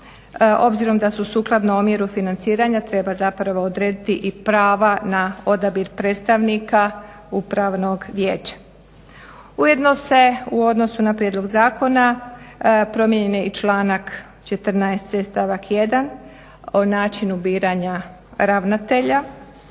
obzirom da su sukladno omjeru financiranja treba zapravo odrediti i prava na odabir predstavnika upravnog vijeća. Ujedno u odnosu na prijedlog zakona promijenjen je i članak 14.c stavak 1. o načinu biranja ravnatelja.